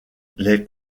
les